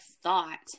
thought